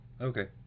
Okay